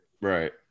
right